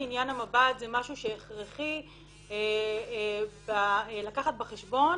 עניין המב"ד הוא משהו הכרחי לקחת בחשבון